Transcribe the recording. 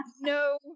No